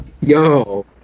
yo